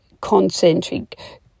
concentric